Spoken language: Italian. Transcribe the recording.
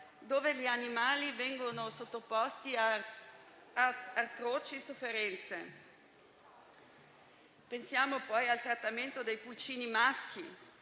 dove gli animali vengono sottoposti ad atroci sofferenze. Pensiamo poi al trattamento dei pulcini maschi,